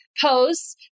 posts